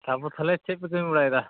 ᱛᱟᱯᱚᱨ ᱛᱟᱦᱚᱞᱮ ᱪᱮᱫ ᱯᱮ ᱠᱟᱹᱢᱤ ᱵᱟᱲᱟᱭᱮᱫᱟ